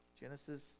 Genesis